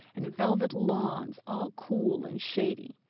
and velvet lawns all cool and shady,